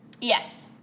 Yes